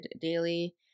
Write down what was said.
daily